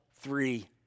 three